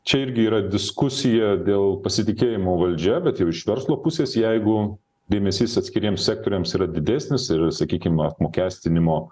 čia irgi yra diskusija dėl pasitikėjimo valdžia bet jau iš verslo pusės jeigu dėmesys atskiriems sektoriams yra didesnis ir sakykim apmokestinimo